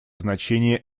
значение